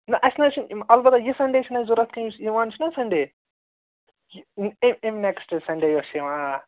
نہٕ اَسہِ نہٕ حظ چھِنہٕ البتہٕ یہِ سَنڈے چھِنہٕ اَسہِ ضروٗرت کیٚنٛہہ یُس یوان چھِنا سَنڈے أمۍ نیٚکٕسٹ سَنڈے یۅس چھِ یوان آ